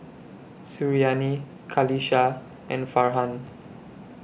Suriani Qalisha and Farhan